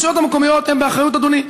הרשויות המקומיות הן באחריות אדוני.